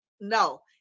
No